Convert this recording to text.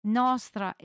nostra